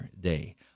Day